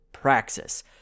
praxis